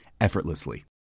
effortlessly